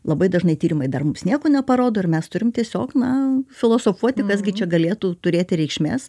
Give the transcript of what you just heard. labai dažnai tyrimai dar mums nieko neparodo ir mes turime tiesiog na filosofuoti kas gi čia galėtų turėti reikšmės